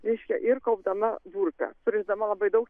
reiškia ir kaupdama durpę surišdama labai daug